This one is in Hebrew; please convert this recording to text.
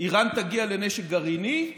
איראן תגיע לנשק גרעיני,